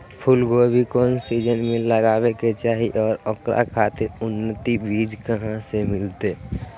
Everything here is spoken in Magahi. फूलगोभी कौन सीजन में लगावे के चाही और ओकरा खातिर उन्नत बिज कहा से मिलते?